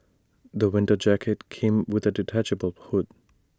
the winter jacket came with A detachable hood